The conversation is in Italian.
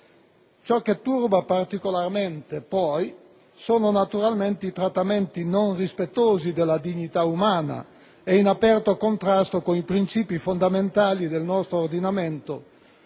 Ciò che turba particolarmente, poi, sono naturalmente i trattamenti non rispettosi della dignità umana e in aperto contrasto con i principi fondamentali del nostro ordinamento,